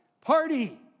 party